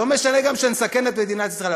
לא משנה גם שנסכן את מדינת ישראל,